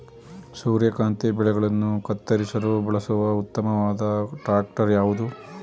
ಸೂರ್ಯಕಾಂತಿ ಬೆಳೆಗಳನ್ನು ಕತ್ತರಿಸಲು ಬಳಸುವ ಉತ್ತಮವಾದ ಟ್ರಾಕ್ಟರ್ ಯಾವುದು?